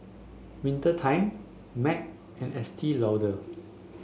Winter Time Mac and Estee Lauder